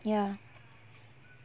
ya